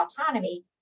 autonomy